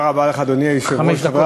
תודה רבה לך, אדוני היושב-ראש, חמש דקות.